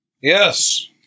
Yes